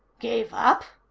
gave up?